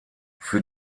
für